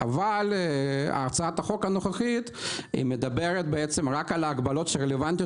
הצעת החוק הנוכחית מדברת רק על ההגבלות שרלוונטיות